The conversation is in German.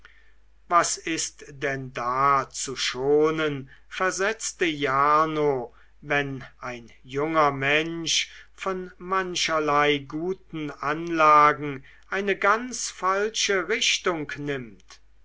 was ist denn da zu schonen versetzte jarno wenn ein junger mensch von mancherlei guten anlagen eine ganz falsche richtung nimmt